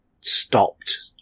stopped